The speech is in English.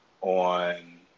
on